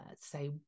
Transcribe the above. say